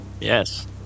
Yes